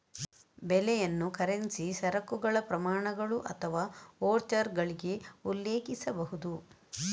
ಬೆಲೆಯನ್ನು ಕರೆನ್ಸಿ, ಸರಕುಗಳ ಪ್ರಮಾಣಗಳು ಅಥವಾ ವೋಚರ್ಗಳಿಗೆ ಉಲ್ಲೇಖಿಸಬಹುದು